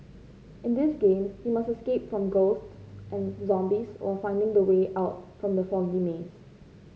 in this game you must escape from ghosts and zombies while finding the way out from the foggy maze